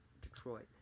Detroit